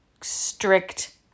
strict